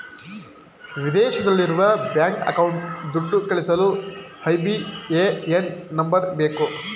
ವಿದೇಶದಲ್ಲಿರುವ ಬ್ಯಾಂಕ್ ಅಕೌಂಟ್ಗೆ ದುಡ್ಡು ಕಳಿಸಲು ಐ.ಬಿ.ಎ.ಎನ್ ನಂಬರ್ ಬೇಕು